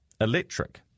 electric